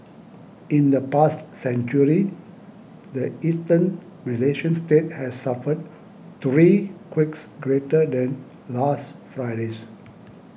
in the past century the eastern Malaysian state has suffered three quakes greater than last Friday's